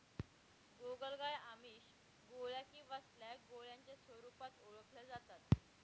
गोगलगाय आमिष, गोळ्या किंवा स्लॅग गोळ्यांच्या स्वरूपात ओळखल्या जाता